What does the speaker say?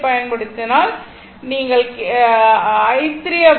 L பயன்படுத்தினால் இந்த முனையில் நீங்கள் கே